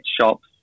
shops